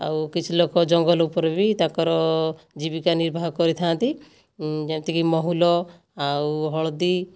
ଆଉ କିଛି ଲୋକ ଜଙ୍ଗଲ ଉପରେ ବି ତାଙ୍କର ଜୀବିକା ନିର୍ବାହ କରିଥାନ୍ତି ଯେମିତିକି ମହୁଲ ଆଉ ହଳଦୀ